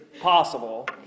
possible